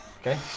okay